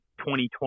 2020